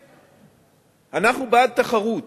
אנחנו בעד תחרות,